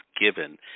given